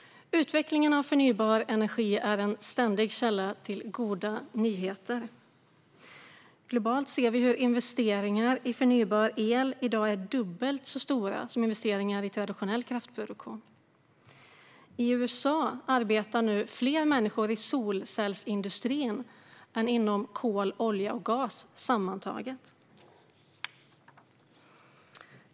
Utvecklingen av förnybar energi är en ständig källa till goda nyheter. Globalt är investeringarna i förnybar el dubbelt så stora som investeringarna i traditionell kraftproduktion. I USA arbetar nu fler människor i solcellsindustrin än inom kol, olja och gas sammantaget.